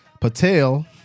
Patel